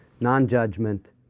non-judgment